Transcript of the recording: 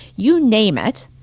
you name it.